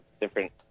different